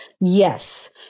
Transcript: Yes